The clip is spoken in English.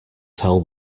tell